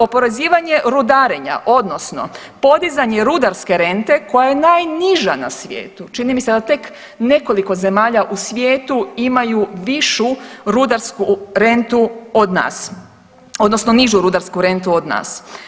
Oporezivanje rudarenja odnosno podizanje rudarske rente koja je najniža na svijetu, čini mi se da tek nekoliko zemalja u svijetu imaju višu rudarsku rentu od nas odnosno nižu rudarsku rentu od nas.